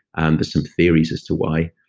and there's some theories as to why.